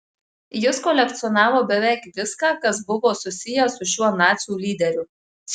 jis kolekcionavo beveik viską kas buvo susiję su šiuo nacių lyderiu